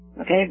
Okay